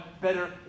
better